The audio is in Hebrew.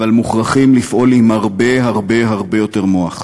אבל מוכרחים לפעול עם הרבה הרבה הרבה יותר מוח,